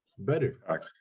better